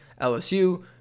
LSU